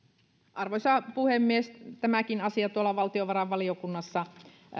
arvoisa puhemies tämäkin asia tuolla valtiovarainvaliokunnassa